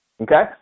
okay